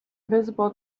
visible